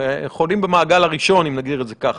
הם חולים במעגל הראשון, אם נגדיר את זה ככה.